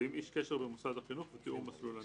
ועם איש קשר במוסד החינוך ותאור מסלול הנסיעה,